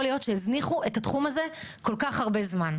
להיות שהזניחו את התחום הזה כל כך הרבה זמן.